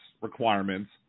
requirements